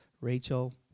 Rachel